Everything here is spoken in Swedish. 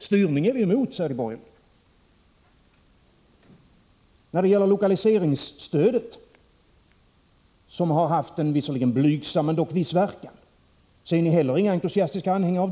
Styrning är vi emot, säger de borgerliga. Av lokaliseringsstödet, som har haft en visserligen blygsam men dock viss verkan, är ni heller inga entusiastiska anhängare.